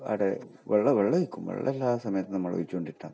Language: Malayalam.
അവിടെ വെള്ളം വെള്ളമൊഴിക്കും വെള്ളം എല്ലാ സമയത്തും നമ്മൾ ഒഴിച്ചു കൊണ്ട് ഇരിക്കുകയാണ്